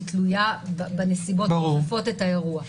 היא תלויה בנסיבות האירוע.